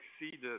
exceeded